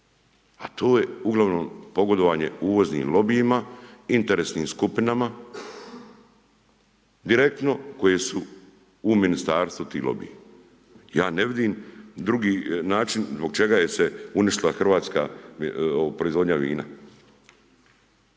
A to je uglavnom pogodovanje uvoznim lobijima, interesnim skupinama, direktno koje su u ministarstvu ti lobiji. Ja ne vidim drugi način zbog čega se uništila hrvatska proizvodnja vina.